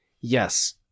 Yes